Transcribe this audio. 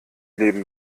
leben